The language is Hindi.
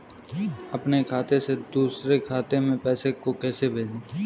अपने खाते से दूसरे के खाते में पैसे को कैसे भेजे?